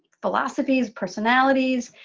philosophies, personalities,